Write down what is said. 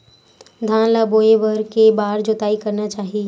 धान ल बोए बर के बार जोताई करना चाही?